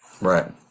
Right